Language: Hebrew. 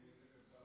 אני אעלה מהצד הזה.